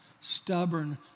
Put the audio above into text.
Stubborn